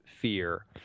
fear